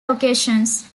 occasions